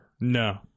No